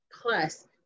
plus